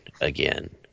again